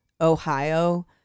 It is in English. Ohio